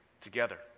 together